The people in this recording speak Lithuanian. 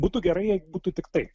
būtų gerai jei būtų tik taip